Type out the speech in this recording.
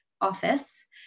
office